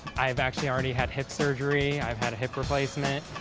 i have actually already had hip surgery. i've had a hip replacement.